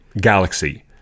galaxy